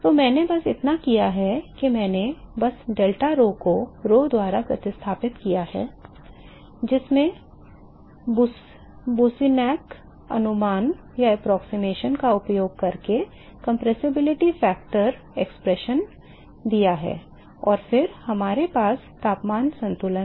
तो मैंने बस इतना किया है कि मैंने बस delta rho को rho द्वारा प्रतिस्थापित किया है जिसमें बूसिनेसक अनुमान का उपयोग करके संपीड़ितता कारक अभिव्यक्ति है और फिर हमारे पास तापमान संतुलन है